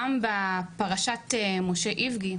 גם בפרשת משה איבגי,